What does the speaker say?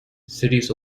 cities